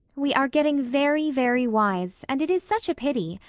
we are getting very, very wise, and it is such a pity.